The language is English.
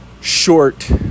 short